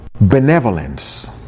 benevolence